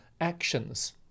actions